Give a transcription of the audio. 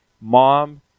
mom